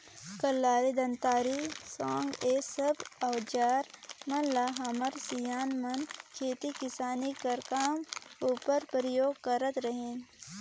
कलारी, दँतारी, साँगा ए सब अउजार मन ल हमर सियान मन खेती किसानी कर काम उपर परियोग करत रहिन